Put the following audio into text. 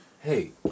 Hey